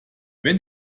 wenn